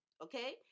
Okay